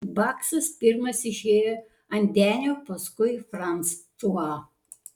baksas pirmas išėjo ant denio paskui fransuą